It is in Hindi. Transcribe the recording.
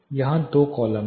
यहां दो कॉलम हैं